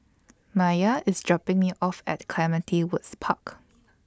Maiya IS dropping Me off At Clementi Woods Park